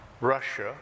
Russia